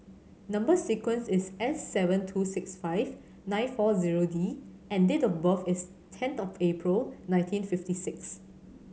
number sequence is S seven two six five nine four zero D and date of birth is tenth of April nineteen fifty six